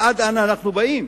עד אנה אנחנו באים?